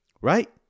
right